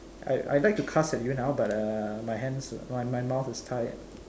I I'd like to cuss at you now but uh my hands uh my mouth is tied